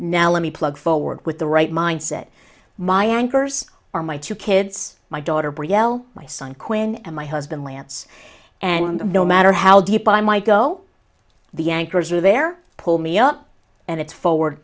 now let me plug forward with the right mindset my anchors are my two kids my daughter brielle my son quinn and my husband lance and no matter how deep i might go the anchors are there pull me up and it's for